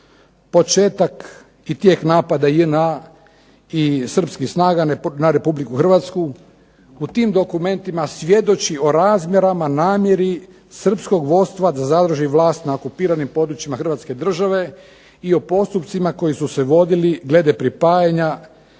Početak, i tijek napada JNA i Srpskih snaga ne Republiku Hrvatsku u tim dokumentima svjedoči o razmjerima namjeri Srpskog vodstva da zadrži vlast na okupiranim područjima Hrvatske države i o postupcima koji su se vodili glede pripajanja